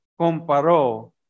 comparó